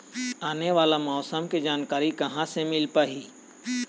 आने वाला मौसम के जानकारी कहां से मिल पाही?